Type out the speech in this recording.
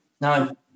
no